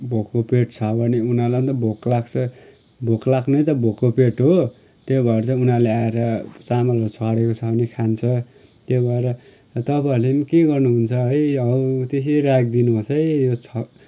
भोको पेट छ भने उनीहरूलाई पनि त भोक लाग्छ भोक लग्नै त भोको पेट हो त्यही भएर चाहिँ उनीहरूले आएर चामलहरू छरेको छ भने खान्छ त्यही भएर तपाईँहरूले पनि के गर्नु हुन्छ है हौ त्यसरी राखि दिनुहोस् है